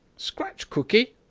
scratch cockie!